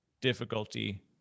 difficulty